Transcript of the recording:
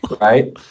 right